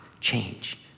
change